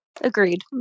Agreed